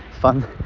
fun